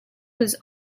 was